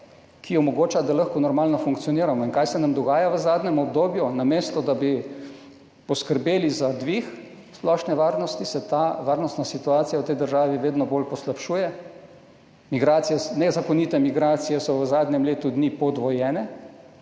ki omogoča, da lahko normalno funkcioniramo. In kaj se nam dogaja v zadnjem obdobju? Namesto da bi poskrbeli za dvig splošne varnosti, se varnostna situacija v tej državi vedno bolj poslabšuje. Nezakonite migracije so v zadnjem letu dni podvojene.